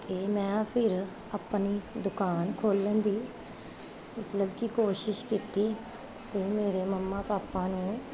ਅਤੇ ਮੈਂ ਫਿਰ ਆਪਣੀ ਦੁਕਾਨ ਖੋਲਣ ਦੀ ਮਤਲਬ ਕਿ ਕੋਸ਼ਿਸ਼ ਕੀਤੀ ਅਤੇ ਮੇਰੇ ਮੰਮਾ ਪਾਪਾ ਨੇ